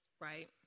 right